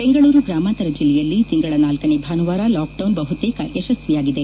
ಬೆಂಗಳೂರು ಗ್ರಾಮಾಂತರ ಜಿಲ್ಲೆಯಲ್ಲಿ ತಿಂಗಳ ನಾಲ್ಕನೇ ಭಾನುವಾರ ಲಾಕ್ಡೌನ್ ಬಹುತೇಕ ಯಶಸ್ವಿಯಾಗಿದೆ